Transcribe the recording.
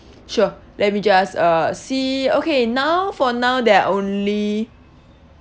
sure let me just uh see okay now for now there are only